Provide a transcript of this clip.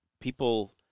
people